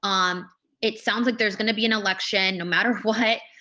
um it sounds like there's gonna be an election no matter what.